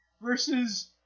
versus